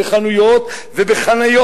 בחנויות ובחניות.